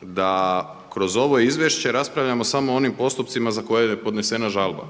da kroz ovo izvješće raspravljamo samo o onim postupcima za koje je podnesena žalba,